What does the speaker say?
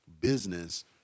business